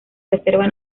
reserva